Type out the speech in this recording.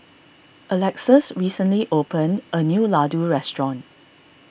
Alexus recently opened a new Ladoo restaurant